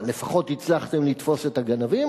אבל לפחות הצלחתם לתפוס את הגנבים,